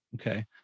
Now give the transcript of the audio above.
Okay